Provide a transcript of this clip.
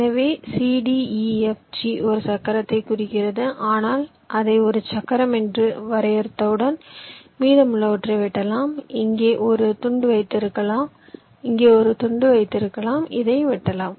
எனவே c d e f g ஒரு சக்கரத்தை குறிக்கிறது ஆனால் அதை ஒரு சக்கரம் என்று வரையறுத்தவுடன் மீதமுள்ளவற்றை வெட்டலாம் இங்கே ஒரு துண்டு வைத்திருக்கலாம் இங்கே ஒரு துண்டு வைத்திருக்கலாம் இதையும் வெட்டலாம்